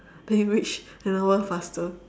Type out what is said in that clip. then we reach an hour faster